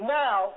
now